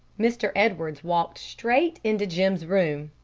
mr. edwards walked straight into jim's room.